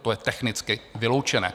To je technicky vyloučené.